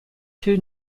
two